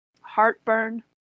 heartburn